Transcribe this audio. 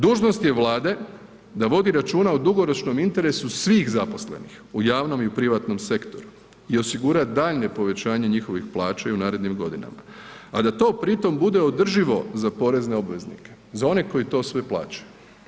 Dužnost je Vlade da vodi računa o dugoročnom interesu svih zaposlenih u javnom i privatnom sektoru i osigura daljnje povećanje njihovih plaća i u narednim godinama a da to pri tome bude održivo za porezne obveznike, za one koji to sve plaćaju.